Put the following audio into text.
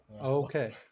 Okay